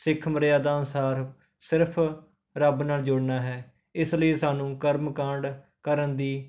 ਸਿੱਖ ਮਰਿਆਦਾ ਅਨੁਸਾਰ ਸਿਰਫ ਰੱਬ ਨਾਲ ਜੁੜਨਾ ਹੈ ਇਸ ਲਈ ਸਾਨੂੰ ਕਰਮ ਕਾਂਡ ਕਰਨ ਦੀ